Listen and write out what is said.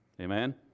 Amen